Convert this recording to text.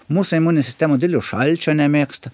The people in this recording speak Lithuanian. mūsų imuninė sistema didelio šalčio nemėgsta